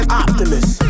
optimist